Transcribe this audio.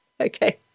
Okay